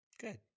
Good